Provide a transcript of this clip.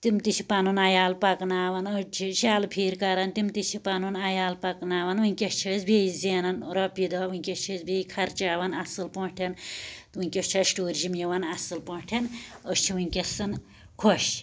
تِم تہِ چھِ پَنُن عیال پکناوان أڑۍ چھِ شالہ پھیٖرۍ کران تِم تہِ چھِ پَنُن عیال پکناوان وُنٛکیٚس چھِ أسۍ بیٚیہِ زینان رۄپیہِ دَہ وُنٛکیٚس چھِ أسۍ بیٚیہِ خرچاوان اصٕل پٲٹھۍ وُنٛکیٚس چھُ اسہِ ٹیٛوٗرِزٕم یوان اصٕل پٲٹھۍ أسۍ چھِ وُنٛکیٚن خۄش